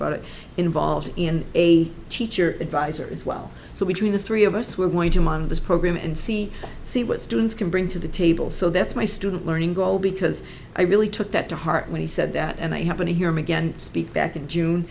about it involved in a teacher advisor as well so we do in the three of us we're going to monitor this program and see see what students can bring to the table so that's my student learning goal because i really took that to heart when he said that and i happen to hear him again speak back in june